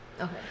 Okay